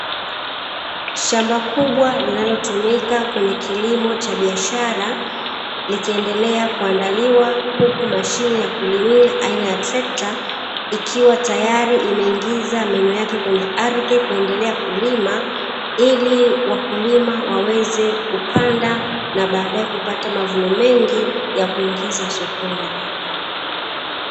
Shamba kubwa linalotumika kwenye kilimo cha biashara likiendelea kuandaliwa huku mashine ya kulimia aina ya trekta ikiwatayali imeingiza meno yake kwenye ardhi kuendelea kulima ili wakulima waweze kupanda na baadae kupata mavuno mengi ya kuingiza sokoni.